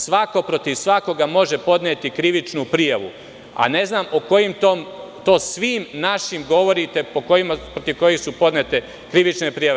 Svako protiv svakoga može podneti krivičnu prijav, a ne znam o kojim to svim našim govorite, protiv kojih su podnete krivične prijave.